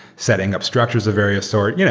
setting up structures of various sort, you know